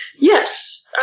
Yes